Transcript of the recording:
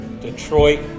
Detroit